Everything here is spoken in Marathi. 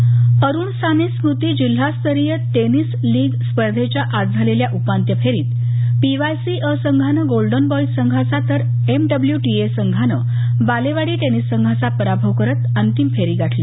टेनिस अरुण साने स्मृति जिल्हास्तरीय टेनिस लीग स्पर्धेच्या आज झालेल्या उपांत्य फेरीत पीवायसी अ संघानं गोल्डन बॉईज संघाचा तर एम डब्ल्यू टी ए संघानं बालेवाडी टेनिस संघाचा पराभव करत अंतिम फेरी गाठली